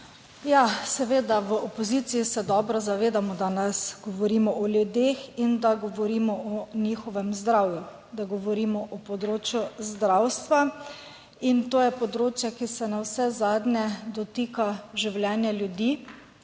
Ja, seveda, v opoziciji se dobro zavedamo, da danes govorimo o ljudeh in da govorimo o njihovem zdravju, da govorimo o področju zdravstva. In to je področje, ki se navsezadnje dotika življenja ljudi.